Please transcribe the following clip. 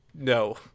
no